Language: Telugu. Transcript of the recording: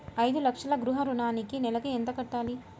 ఐదు లక్షల గృహ ఋణానికి నెలకి ఎంత కట్టాలి?